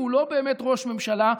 והוא לא באמת ראש ממשלה.